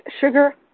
Sugar